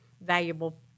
valuable